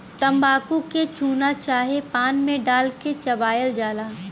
तम्बाकू के चूना चाहे पान मे डाल के चबायल जाला